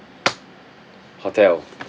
hotel